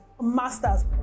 masters